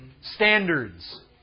standards